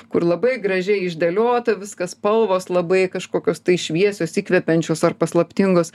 kur labai gražiai išdėliota viskas spalvos labai kažkokios tai šviesios įkvepiančios ar paslaptingos